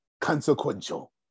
consequential